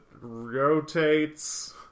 rotates